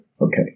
Okay